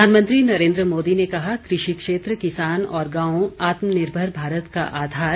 प्रधानमंत्री नरेन्द्र मोदी ने कहा कृषि क्षेत्र किसान और गांव आत्मनिर्भर भारत का आधार